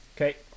Okay